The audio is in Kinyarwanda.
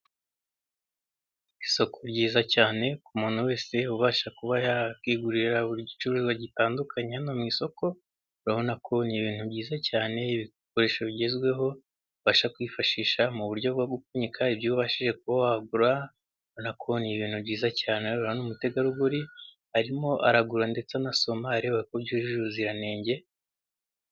Isuko ryiza cyane ku muntu wese ubasha kuba yakwigurira buri gicuruzwa gitandukanye hano mu isoko. Urabona ko ni ibintu byiza cyane ibikoresho bigezweho ubasha kwifashisha mu buryo bwo gupfunyika ibyobashije kuba wagura urabona ni ibintu byiza cyane, Umutegarugori arimo aragura ndetse anasoma areba ko byujuje ubuziranenge.